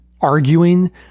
arguing